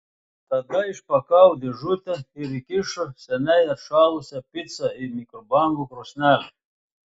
tada išpakavo dėžutę ir įkišo seniai atšalusią picą į mikrobangų krosnelę